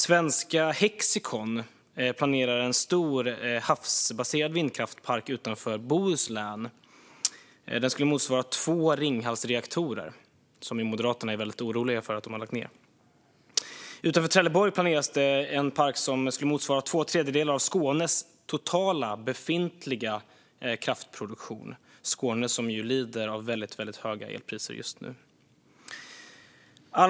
Svenska Hexicon planerar en stor havsbaserad vindkraftspark utanför Bohuslän. Den skulle motsvara två Ringhalsreaktorer, som Moderaterna ju är oroliga för att man har lagt ned. Utanför Trelleborg planeras en park som skulle motsvara två tredjedelar av den totala befintliga kraftproduktionen i Skåne, som ju lider av väldigt höga elpriser just nu.